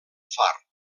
far